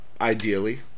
ideally